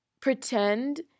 pretend